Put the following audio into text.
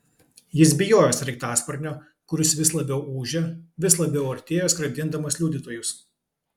jis bijojo sraigtasparnio kuris vis labiau ūžė vis labiau artėjo skraidindamas liudytojus